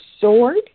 sword